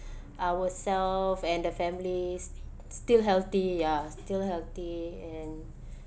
ourselves and the families still healthy ya still healthy and